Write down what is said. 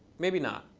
maybe not.